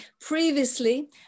Previously